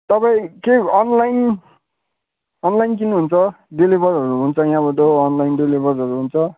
तपाईँ के online online किन्नुहुन्छ डेलिभरहरू हुन्छ यहाँबाट अनलाइन डेलिभरहरू हुन्छ